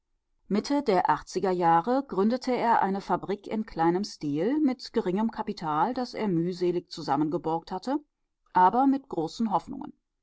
mitte der achtziger jahre gründete er eine fabrik in kleinem stil mit geringem kapital das er mühselig zusammengeborgt hatte aber mit großen hoffnungen